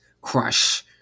crush